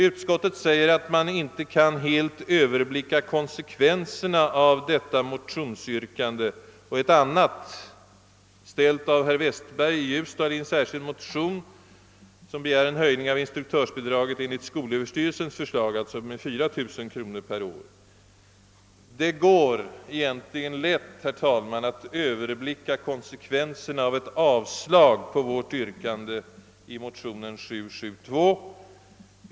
Utskottet säger att man inte kan helt överblicka konsekvenserna av detta motionsyrkande och ett yrkande, ställt av herr Westberg i Ljusdal i en särskild motion, om en höjning av instruktörsbidraget enligt skolöverstyrelsens förslag, alltså med 4000 kronor per år. Det är egentligen, herr talman, lätt att överblicka konsekvenserna av ett avslag på vårt yrkande i motionen II: 772.